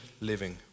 living